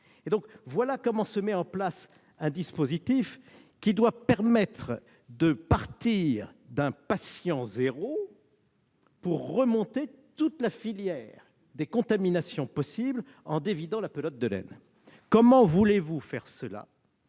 Voilà comment se mettra en place un dispositif qui doit permettre, à partir d'un patient zéro, de remonter toute la filière des contaminations possibles, en dévidant la pelote de laine. Comment voulez-vous faire tout